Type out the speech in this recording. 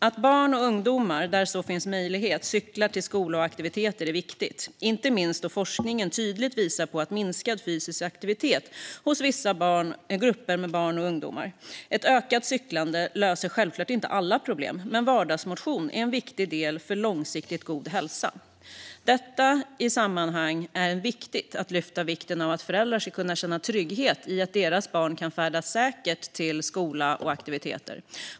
Att barn och ungdomar där så finns möjlighet cyklar till skola och aktiviteter är viktigt, inte minst då forskningen tydligt visar på minskad fysisk aktivitet hos vissa grupper av barn och ungdomar. Ett ökat cyklande löser självklart inte alla problem, men vardagsmotion är en viktig del för långsiktigt god hälsa. I detta sammanhang är det viktigt att lyfta vikten av att föräldrar ska kunna känna trygghet i att deras barn kan färdas säkert till skola och aktiviteter.